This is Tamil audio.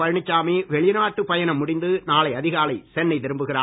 பழனிச்சாமி வெளிநாட்டுப் பயணம் முடிந்து நாளை அதிகாலை சென்னை திரும்புகிறார்